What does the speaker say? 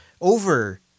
over